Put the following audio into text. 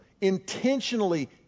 intentionally